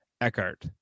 Eckhart